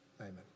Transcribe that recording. amen